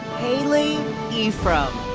haley ephraim.